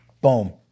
boom